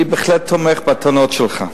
אני בהחלט תומך בטענות שלך,